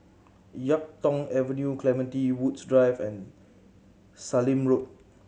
Yuk Tong Avenue Clementi Woods Drive and Sallim Road